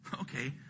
Okay